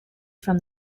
from